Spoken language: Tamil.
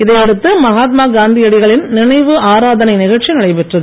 இதையடுத்து மகாத்மா காந்தியடிகளின் நினைவு ஆராதனை நிகழ்ச்சி நடைபெற்றது